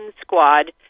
squad